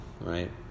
right